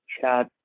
chat